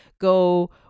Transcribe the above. go